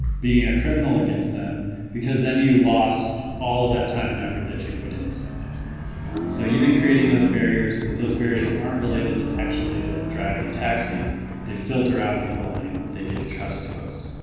being a criminal against them because then you lost all of that time and effort that you put into something and so even creating those barriers if those barriers aren't related to actually like driving a taxi they filter out people and they they give trust to us